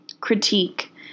critique